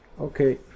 okay